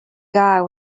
guy